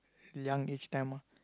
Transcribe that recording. young age time ah